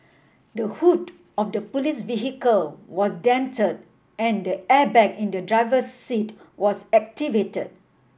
the hood of the police vehicle was dented and the airbag in the driver's seat was activated